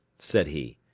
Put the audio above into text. said he,